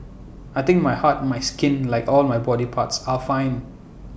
I think my heart my skin like all my body parts are fine